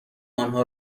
آنها